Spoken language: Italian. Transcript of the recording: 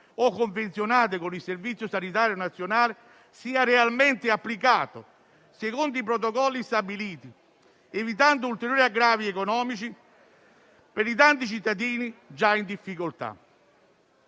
o convenzionate con il Servizio sanitario nazionale sia realmente applicato secondo i protocolli stabiliti, evitando ulteriori aggravi economici per i tanti cittadini già in difficoltà.